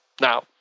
Now